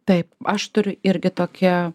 taip aš turiu irgi tokią